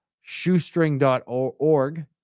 shoestring.org